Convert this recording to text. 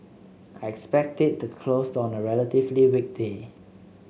I expect it to close on a relatively weak day